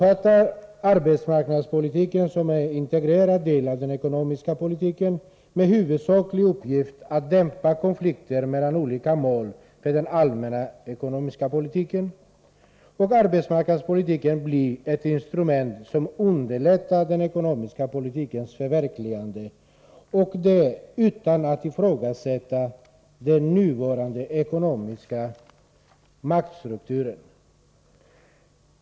Arbetsmarknadspolitiken uppfattas som en integrerad del av den ekonomiska politiken med huvudsaklig uppgift att dämpa konflikter mellan olika mål för den allmänna ekonomiska politiken. Arbetsmarknadspolitiken blir ett instrument som underlättar den ekonomiska politikens förverkligande och det utan att man ifrågasätter den nuvarande ekonomiska maktstrukturen.